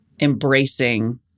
embracing